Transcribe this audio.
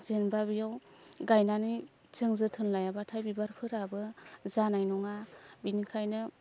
जेनेबा बेयाव गायनानै जों जोथोन लायाबाथाय बिबारफोराबो जानाय नङा बिनिखायनो